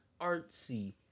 artsy